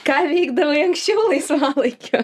ką veikdavai anksčiau laisvalaikiu